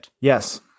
Yes